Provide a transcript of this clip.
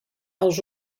als